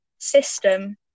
system